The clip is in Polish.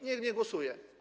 Nie, nie głosuje.